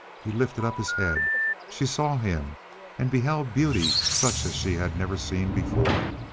he lifted up his head she saw him and beheld beauty such as she had never seen before.